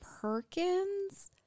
Perkins